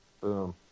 boom